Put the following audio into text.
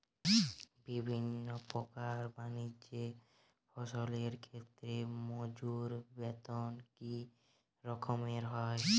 বিভিন্ন প্রকার বানিজ্য ফসলের ক্ষেত্রে মজুর বেতন কী রকম হয়?